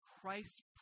Christ